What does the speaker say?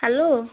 hello